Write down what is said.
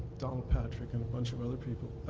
donald patrick and a bunch of other people.